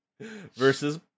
Versus